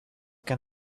can